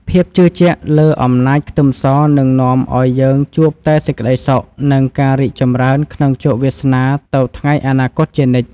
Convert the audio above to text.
ភាពជឿជាក់លើអំណាចខ្ទឹមសនឹងនាំឱ្យយើងជួបតែសេចក្តីសុខនិងការរីកចម្រើនក្នុងជោគវាសនាទៅថ្ងៃអនាគតជានិច្ច។